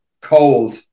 cold